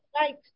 right